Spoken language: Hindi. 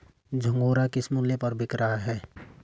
झंगोरा किस मूल्य पर बिक रहा है?